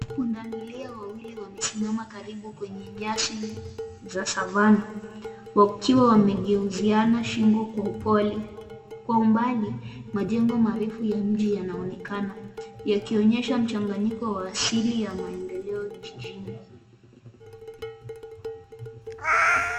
Pundamilia wawili wamesimama karibu kwenye nyasi za savana wakiwa wamegeuziana shingo kwa upole. Kwa umbali, majengo marefu ya mji yanaonekana yakionyesha mchanganyiko wa asili ya maendeleo jijini.